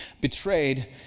betrayed